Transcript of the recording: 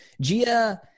Gia